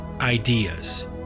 ideas